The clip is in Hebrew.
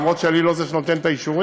אף שאני לא זה שנותן את האישורים,